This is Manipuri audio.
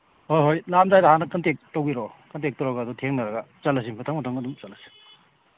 ꯍꯣꯏ ꯍꯣꯏ ꯂꯥꯛꯑꯝꯗꯥꯏꯗ ꯍꯥꯟꯅ ꯀꯟꯇꯦꯛ ꯇꯧꯕꯤꯔꯛꯑꯣ ꯀꯟꯇꯦꯛ ꯇꯧꯔꯒ ꯑꯗꯨ ꯊꯦꯡꯅꯔꯒ ꯆꯠꯂꯁꯤ ꯃꯊꯪ ꯃꯊꯪ ꯑꯗꯨꯝ ꯆꯠꯂꯁꯤ